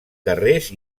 carrers